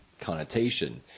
connotation